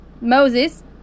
Moses